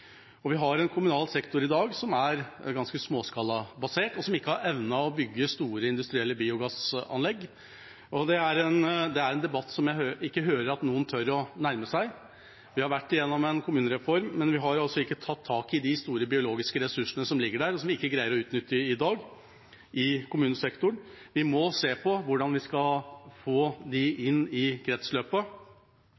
har vi en kommunal sektor som er ganske småskalabasert, og som ikke har evnet å bygge store industrielle biogassanlegg. Det er en debatt som jeg ikke hører at noen tør å nærme seg. Vi har vært gjennom en kommunereform, men vi har ikke tatt tak i de store biologiske ressursene som ligger der, og som vi i dag ikke greier å utnytte i kommunesektoren. Vi må se på hvordan vi skal få dem inn i